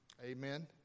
Amen